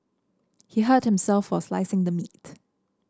he hurt himself while slicing the meat